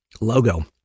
logo